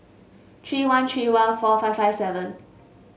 three one three one four five five seven